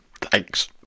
Thanks